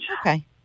Okay